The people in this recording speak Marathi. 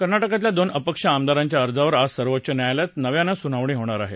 कर्नाटकातल्या दोन अपक्ष आमदारांच्या अर्जावर आज सर्वोच्च न्यायालयात नव्यानं सुनावणी होणार आहे